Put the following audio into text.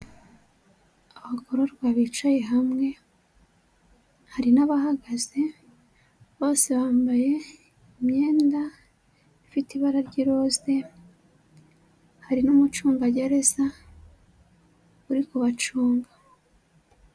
Abagororwa bicaye hamwe hari n'abahagaze, bose bambaye imyenda ifite ibara ry'iroze, hari n'umucungagereza uri kubacunga.